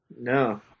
No